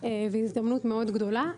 והזדמנות מאוד גדולה,